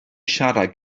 siarad